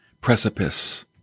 precipice